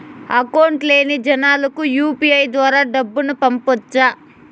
Account లేని జనాలకు UPI ద్వారా డబ్బును పంపొచ్చా?